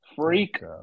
Freak